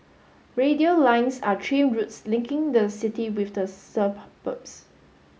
radial lines are train routes linking the city with the